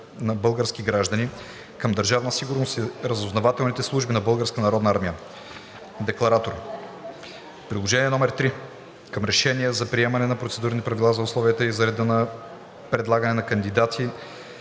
на български граждани към Държавна сигурност и разузнавателните служби на Българската народна армия. Декларатор:…“ „Приложение № 3 към Решение за приемане на Процедурни правила за условията и реда за предлагане на кандидати,